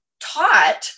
taught